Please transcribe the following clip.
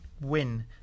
win